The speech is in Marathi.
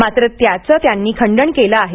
मात्र त्याचं त्यांनी खंडण केलं आहे